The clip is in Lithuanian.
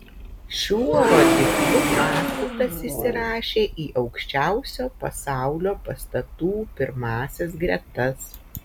šiuo rodikliu pastatas įsirašė į aukščiausių pasaulio pastatų pirmąsias gretas